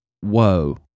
whoa